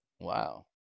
Wow